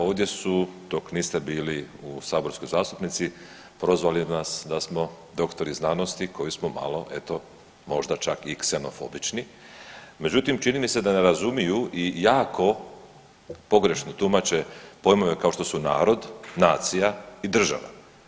Ovdje su dok niste bili u saborskoj zastupnici prozvali nas da smo doktori znanosti koji smo malo eto možda čak i ksenofobični, međutim čini mi se da ne razumiju i jako pogrešno tumače pojmove kao što su narod, nacija i država.